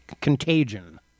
contagion